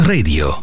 Radio